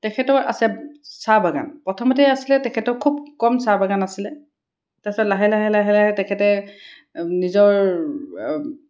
তেখেতৰ আছে চাহ বাগান প্ৰথমতে আছিলে তেখেতৰ খুব কম চাহ বাগান আছিলে তাৰপিছত লাহে লাহে লাহে লাহে তেখেতে নিজৰ